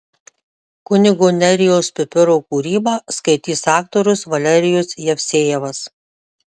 kunigo nerijaus pipiro kūrybą skaitys aktorius valerijus jevsejevas